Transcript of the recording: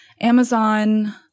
Amazon